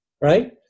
Right